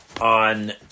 on